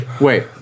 Wait